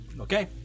Okay